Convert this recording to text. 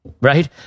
right